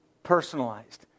personalized